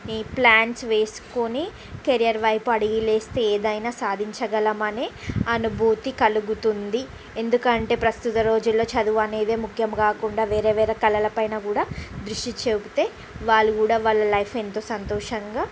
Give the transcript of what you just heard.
plans వేసుకోని career వైపు అడుగులేస్తే ఏదైనా సాధించగలమనే అనుభూతి కలుగుతుంది ఎందుకంటే ప్రస్తుత రోజుల్లో చదువనేదే ముఖ్యం కాకుండా వేరే వేరే కళల పైన కూడా దృష్టి చూపితే వాళ్ళు కూడా వాళ్ళ లైఫ్ ఎంతో సంతోషంగా